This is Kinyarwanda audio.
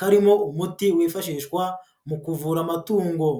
karimo umuti wifashishwa mu kuvura amatungo.